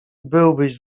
byłbyś